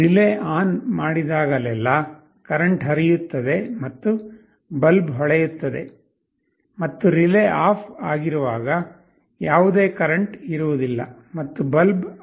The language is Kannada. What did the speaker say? ರಿಲೇ ಆನ್ ಮಾಡಿದಾಗಲೆಲ್ಲಾ ಕರೆಂಟ್ ಹರಿಯುತ್ತದೆ ಮತ್ತು ಬಲ್ಬ್ ಹೊಳೆಯುತ್ತದೆ ಮತ್ತು ರಿಲೇ ಆಫ್ ಆಗಿರುವಾಗ ಯಾವುದೇ ಕರೆಂಟ್ ಇರುವುದಿಲ್ಲ ಮತ್ತು ಬಲ್ಬ್ ಆಫ್ ಆಗುತ್ತದೆ